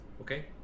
okay